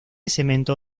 cemento